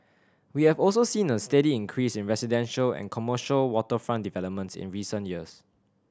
we have also seen a steady increase in residential and commercial waterfront developments in recent years